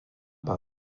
par